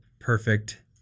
perfect